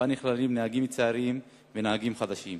ובה נכללים נהגים צעירים ונהגים חדשים,